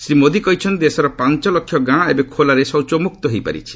ଶ୍ରୀ ମୋଦି କହିଛନ୍ତି ଦେଶର ପାଞ୍ଚ ଲକ୍ଷ ଗାଁ ଏବେ ଖୋଲାରେ ଶୌଚମୁକ୍ତ ହୋଇପାରିଛି